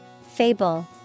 Fable